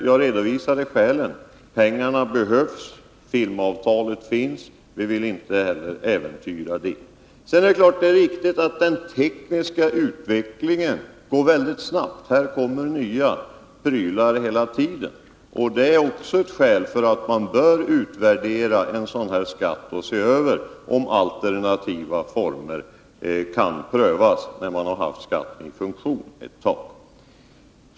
Jag redovisade skälen: Pengarna behövs, och filmavtalet finns — vi vill inte äventyra detta. Sedan är det naturligtvis riktigt att den tekniska utvecklingen går väldigt snabbt. Här kommer det hela tiden nya prylar. Det är också ett skäl för att man bör utvärdera en sådan här skatt och se efter om alternativa former kan prövas, när man haft skatten i funktion ett tag.